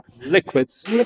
Liquids